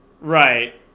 right